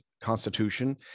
Constitution